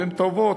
והן טובות,